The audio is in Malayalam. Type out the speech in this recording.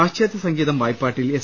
പാശ്ചാത്യസംഗീതം വായ്പാട്ടിൽ എസ്